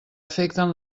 afecten